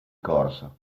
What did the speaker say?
corso